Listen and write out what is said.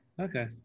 Okay